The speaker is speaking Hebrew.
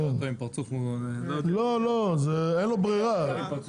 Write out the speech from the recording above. אין ברירה,